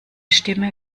stimme